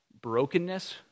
brokenness